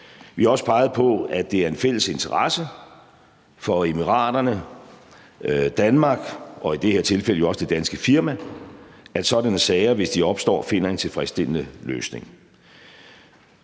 Vi har også peget på, at det er en fælles interesse for De Forenede Arabiske Emirater, Danmark og i det her tilfælde jo også det danske firma, at der i sådanne sager, hvis de opstår, findes en tilfredsstillende løsning.